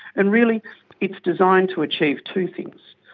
and really it's designed to achieve two things.